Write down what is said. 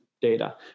data